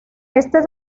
éste